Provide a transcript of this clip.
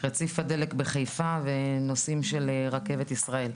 רציף הדלק בחיפה ונושאים של רכבת ישראל.